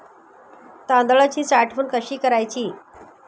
तांदळाची साठवण कशी करावी?